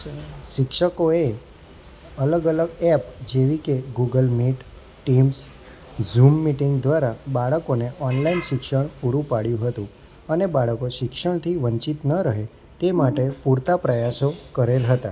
શિક્ષકોએ અલગ અલગ એપ જેવી કે Google meet Teams Zoom meeting દ્વારા બાળકોને ઓનલાઈન શિક્ષણ પૂરું પાડ્યું હતું અને બાળકો શિક્ષણથી વંચિત ન રહે તે માટે પૂરતા પ્રયાસો કરેલ હતા